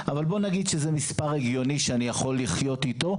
אבל בוא נגיד שזה מספר הגיוני שאני יכול לחיות אתו,